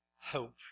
hope